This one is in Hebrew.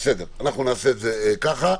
נעשה את זה ככה.